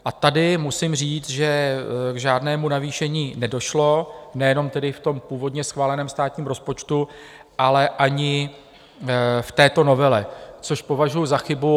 A tady musím říct, že k žádnému navýšení nedošlo, nejenom tedy v původně schváleném státním rozpočtu, ale ani v této novele, což považuji za chybu.